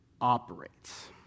operates